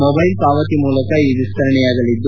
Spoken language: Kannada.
ಮೊಬ್ಲೆಲ್ ಪಾವತಿ ಮೂಲಕ ಈ ವಿಸ್ತರಣೆಯಾಗಲಿದ್ದು